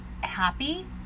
happy